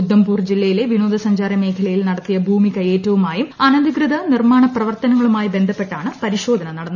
ഉധംപൂർ ജില്ലയിലെ വിനോദസഞ്ചാര മേഖലയിൽ നടത്തിയ ഭൂമി കയ്യേറ്റവുമായും അനധികൃത നിർമാണ പ്രവർത്തനങ്ങളുമായും ബന്ധപ്പെട്ടാണ് പരിശോധന നടന്നത്